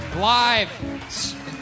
live